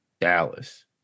Dallas